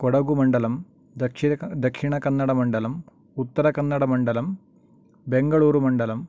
कोडगु मण्डलम् दक्षिण दक्षिणकन्नडमण्डलम् उत्तरकन्नडमण्डलम बेङ्गलूरुमण्डलम्